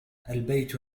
البيت